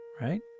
Right